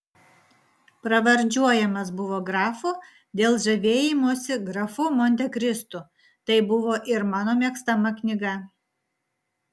pravardžiuojamas buvo grafu dėl žavėjimosi grafu montekristu tai buvo ir mano mėgstama knyga